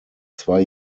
zwei